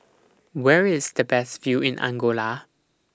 Where IS The Best View in Angola